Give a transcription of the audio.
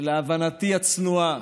שלהבנתי הצנועה,